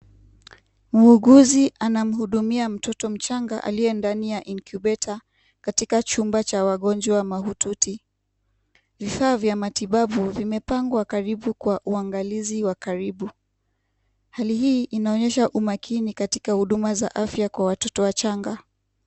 Muuguzi anamhudumia mtoto mchanga aliye ndani ya incubator , katika chumba cha wagonjwa mahututi. Vifaa vya matibabu vimepangwa karibu kwa uangalizi wa karibu. Hali hii inaonyesha umakini katika huduma za afya kwa watoto wachanga.